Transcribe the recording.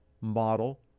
model